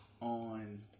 on